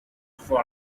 for